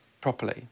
properly